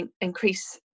increase